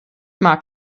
mag